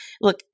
look